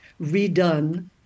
redone